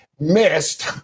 missed